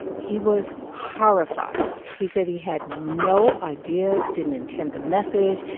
he was horrified. he said he had no idea, didn't intend the message.